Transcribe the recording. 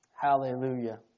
Hallelujah